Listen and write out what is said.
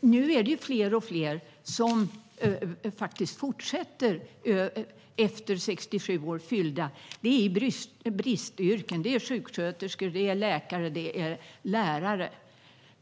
Nu är det fler och fler som fortsätter efter att de har fyllt 67 år. Det gäller sådana bristyrken som sjuksköterskor, läkare och lärare.